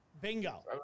Bingo